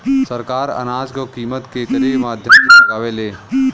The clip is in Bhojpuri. सरकार अनाज क कीमत केकरे माध्यम से लगावे ले?